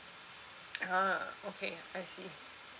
ah okay I see